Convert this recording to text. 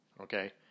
okay